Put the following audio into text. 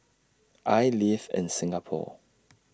I live in Singapore